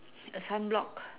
a sunblock